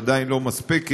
עדיין לא מספקת,